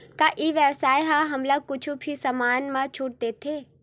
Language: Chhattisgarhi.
का ई व्यवसाय ह हमला कुछु भी समान मा छुट देथे?